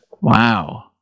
Wow